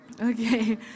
Okay